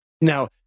Now